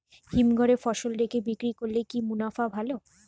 হিমঘরে ফসল রেখে বিক্রি করলে কি মুনাফা ভালো?